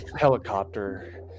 helicopter